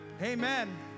Amen